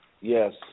Yes